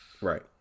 Right